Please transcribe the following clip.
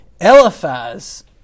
Eliphaz